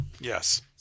Yes